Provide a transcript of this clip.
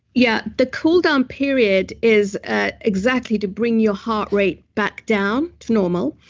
yeah the cool down period is ah exactly to bring your heart rate back down to normal.